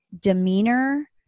demeanor